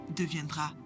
deviendra